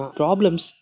problems